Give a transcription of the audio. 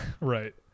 right